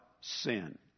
sin